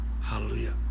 Hallelujah